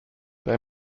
they